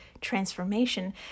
transformation